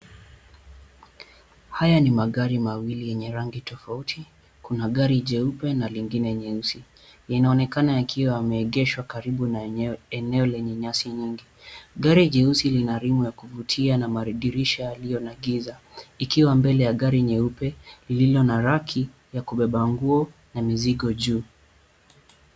Haya ni magari mawili yenye rangi tofauti, kuna gari jeupe na lingine nyeusi. Inaonekana yakiwa yameegeshwa karibu na eneo lenye nyasi nyingi. Gari jeusi lina rimu ya kuvutia na madirisha yaliyo na giza, ikiwa mbele ya gari nyeupe lililo na raki ya kubeba nguo na mizigo juu.